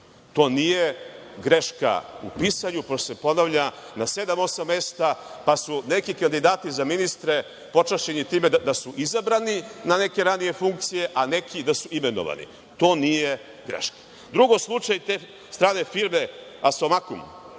To nije greška u pisanju, pošto se ponavlja na sedam, osam mesta, pa su neki kandidati za ministre počašćeni time da su izabrani na neke ranije funkcije, a neki da su imenovani. To nije greška. Drugi slučaj, te strane firme „Asomakum“